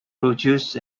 produced